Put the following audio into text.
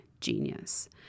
genius